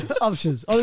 options